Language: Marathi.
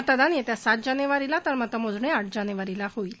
मतदान येत्या सात जानेवारीला तर मतमोजणी आठ जानेवारीला होईल